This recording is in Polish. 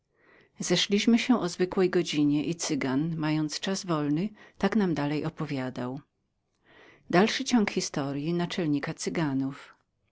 zeszliśmy się o zwykłej godzinie i cygan mając czas wolny tak nam dalej opowiadał